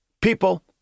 People